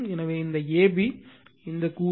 எனவே இந்த AB இந்த கூறு